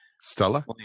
Stella